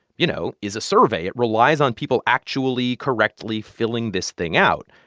you know, is a survey. it relies on people actually correctly filling this thing out.